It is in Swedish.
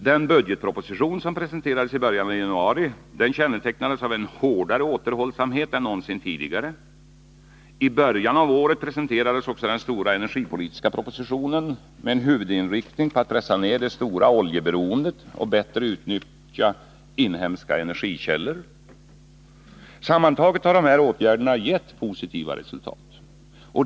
Den budgetproposition som presenterades i början av januari kännetecknades av hårdare återhållsamhet än någonsin tidigare. I början av året presenterades också den stora energipolitiska propositionen, med en huvudinriktning på att pressa ned det stora oljeberoendet och bättre utnyttja inhemska energikällor. Sammantaget har dessa åtgärder gett positiva resultat.